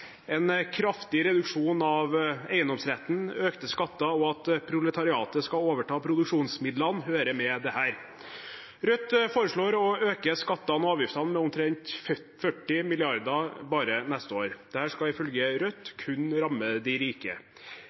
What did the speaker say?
En kraftig reduksjon av eiendomsretten, økte skatter og at proletariatet skal overta produksjonsmidlene, hører med her. Rødt foreslår å øke skattene og avgiftene med omtrent 40 mrd. kr bare neste år. Dette skal ifølge Rødt kun ramme de rike.